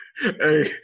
Hey